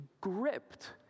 gripped